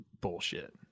Bullshit